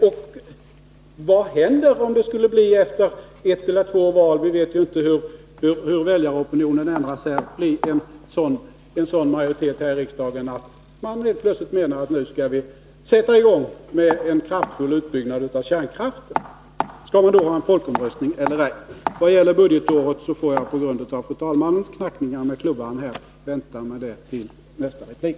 Och vad händer om det efter ett eller två val skulle bli — vi vet inte hur väljaropinionen ändras — en sådan majoritet här i riksdagen att den helt plötsligt säger att en kraftfull utbyggnad av kärnkraften skall sättas i gång? Skall man då ha en ny folkomröstning eller ej? Frågan om budgetåret får jag, eftersom fru talmannen nu knackar med klubban, återkomma till i nästa replik.